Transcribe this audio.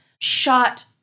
shot